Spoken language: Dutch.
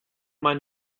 mijn